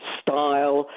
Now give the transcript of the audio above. style